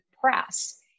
press